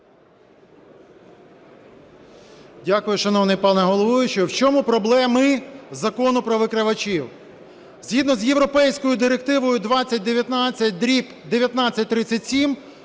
Дякую, шановний пане головуючий. В чому проблеми Закону про викривачів? Згідно з європейською Директивою 2019/1937,